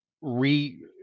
re